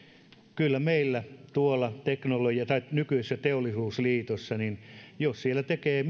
kyllä meillä tuolla nykyisessä teollisuusliitossa jos siellä tekee